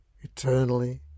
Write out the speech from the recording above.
eternally